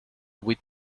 with